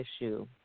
issue